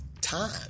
time